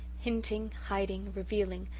hinting, hiding, revealing,